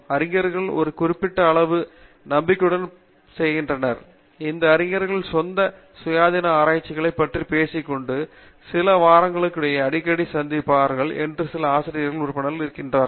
அறிஞருக்கு ஒரு குறிப்பிட்ட அளவு நம்பிக்கையைப் பெற்ற பின்னர் இந்த அறிஞர் தங்கள் சொந்த சுயாதீன ஆராய்ச்சியைப் பற்றிப் பேசிக்கொண்டு சில வாரங்களுக்குள்ளேயே அடிக்கடி சந்திப்பார் என்று சில ஆசிரிய உறுப்பினர்கள் இருக்கிறார்கள்